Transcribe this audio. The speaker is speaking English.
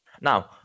Now